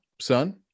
Son